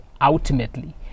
ultimately